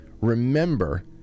remember